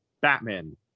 batman